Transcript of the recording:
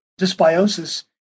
dysbiosis